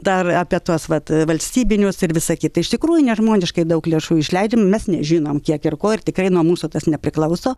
dar apie tuos vat valstybinius ir visa kita iš tikrųjų nežmoniškai daug lėšų išleidžiama mes nežinom kiek ir ko ir tikrai nuo mūsų tas nepriklauso